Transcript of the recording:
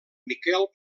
miquel